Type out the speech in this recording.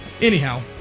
anyhow